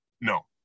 No